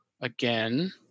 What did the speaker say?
again